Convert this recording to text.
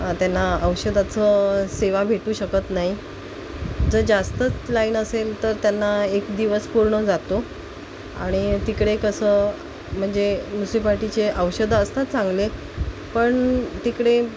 त्यांना औषधाचं सेवा भेटू शकत नाही जर जास्तच लाईन असेल तर त्यांना एक दिवस पूर्ण जातो आणि तिकडे कसं म्हणजे म्युन्सिपाटीचे औषधं असतात चांगले पण तिकडे